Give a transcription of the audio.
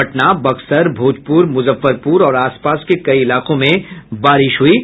पटना बक्सर भोजपुर मुजफ्फरपुर और आसपास के कई इलाकों में बारिश हुई है